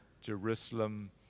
Jerusalem